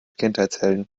kindheitshelden